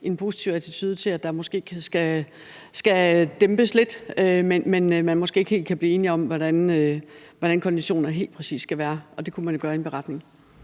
en positiv attitude til, at der måske skal dæmpes lidt, men man kan måske ikke helt blive enige om, hvordan konditionerne helt præcis skal være. Det kunne man jo gøre i en beretning.